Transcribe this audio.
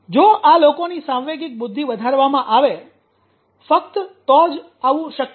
જો આ લોકોની સાંવેગિક બુદ્ધિ વધારવામાં આવે ફક્ત તો જ આવું શક્ય છે